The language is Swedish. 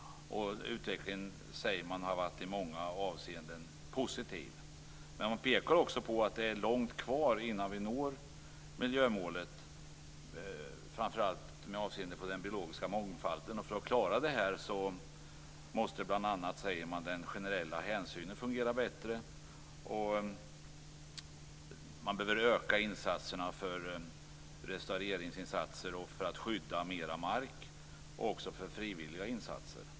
Utvecklingen har i många avseenden varit positiv. Man pekar också på att det är långt kvar innan vi når miljömålet, framför allt med avseende på den biologiska mångfalden. För att klara det måste bl.a. den generella hänsynen fungera bättre. Man behöver öka insatserna för restaurering för att skydda mera mark och frivilliga insatser.